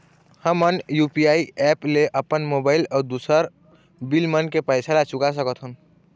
हमन UPI app ले अपन मोबाइल अऊ दूसर बिल मन के पैसा ला चुका सकथन